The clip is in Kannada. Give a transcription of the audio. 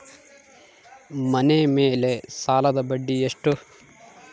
ಮನೆ ಮೇಲೆ ಸಾಲದ ಬಡ್ಡಿ ಎಷ್ಟು?